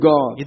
God